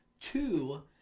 Two